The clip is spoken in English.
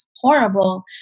horrible